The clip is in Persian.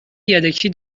یدکی